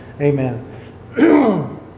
Amen